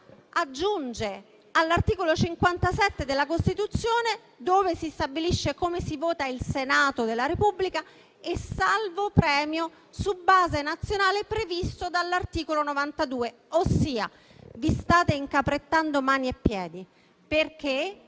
Aggiunge all'articolo 57 della Costituzione, dove si stabilisce come si vota il Senato della Repubblica, «e salvo il premio su base nazionale previsto dall'articolo 92». Ossia vi state incaprettando mani e piedi. Prima